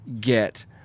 get